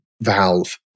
valve